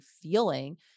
feeling